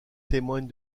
témoigne